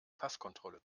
passkontrolle